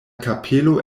kapelo